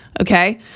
Okay